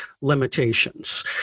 limitations